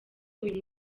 uyu